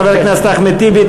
חבר הכנסת אחמד טיבי.